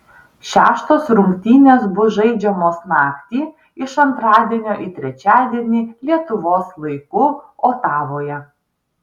šeštos rungtynės bus žaidžiamos naktį iš antradienio į trečiadienį lietuvos laiku otavoje